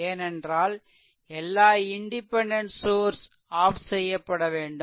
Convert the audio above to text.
ஏனென்றால் எல்லா independent source off செய்யப்பட வேண்டும்